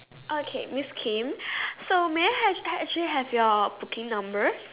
okay Miss Kim so may I have actually have your booking number